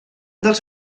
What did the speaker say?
dels